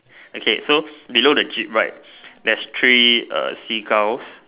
okay so below the jeep right there's three uh Seagulls